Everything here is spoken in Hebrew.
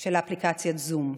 של אפליקציית זום.